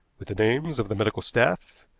with the names of the medical staff,